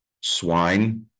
swine